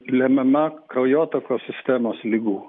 lemiama kraujotakos sistemos ligų